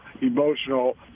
emotional